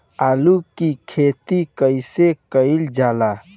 आलू की खेती कइसे कइल जाला?